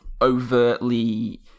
overtly